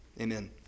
Amen